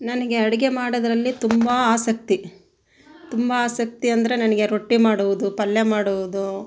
ನನಗೆ ಅಡಿಗೆ ಮಾಡೋದ್ರಲ್ಲಿ ತುಂಬ ಆಸಕ್ತಿ ತುಂಬ ಆಸಕ್ತಿ ಅಂದರೆ ನನಗೆ ರೊಟ್ಟಿ ಮಾಡುವುದು ಪಲ್ಯ ಮಾಡುವುದು